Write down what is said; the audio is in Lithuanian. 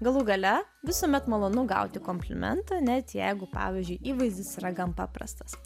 galų gale visuomet malonu gauti komplimentą net jeigu pavyzdžiui įvaizdis yra gan paprastas